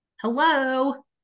hello